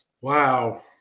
Wow